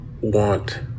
want